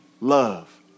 love